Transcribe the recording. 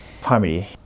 family